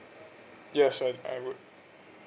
yes I I would